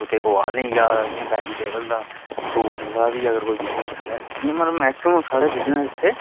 कुसै कोई लेइयै जा दा जि'यां बैजीटेबल दा फ्रूट दा बी अगर कोई बिजनेस साढ़े इ'यां मतलब मैक्सीमम बिजनेस साढ़े इत्थै